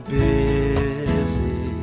busy